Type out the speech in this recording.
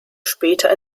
später